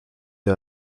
the